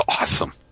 awesome